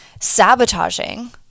sabotaging